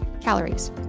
calories